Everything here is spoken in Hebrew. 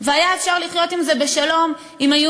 והיה אפשר לחיות עם זה בשלום אם היו